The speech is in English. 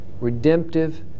redemptive